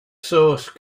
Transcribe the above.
source